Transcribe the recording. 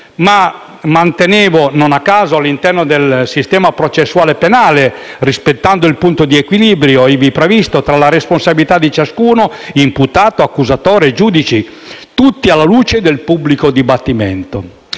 mi mantenevo, non a caso, all'interno del sistema processuale penale, rispettando il punto di equilibrio - ivi previsto - tra le responsabilità di ciascuno: imputato, accusatore, giudice, tutti alla luce del pubblico dibattimento.